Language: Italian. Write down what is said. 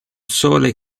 sole